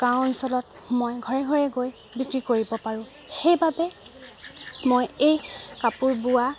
গাঁও অঞ্চলত মই ঘৰে ঘৰে গৈ বিক্ৰী কৰিব পাৰোঁ সেইবাবে মই এই কাপোৰ বোৱাক